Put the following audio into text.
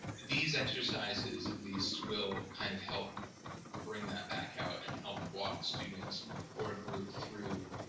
these exercises at least will kind of help bring that back out and help walk a student or a group through